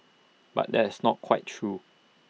but that is not quite true